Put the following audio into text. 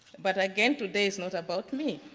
but again today is not about me,